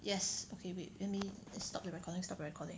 yes okay wait let me stop the recording stop recording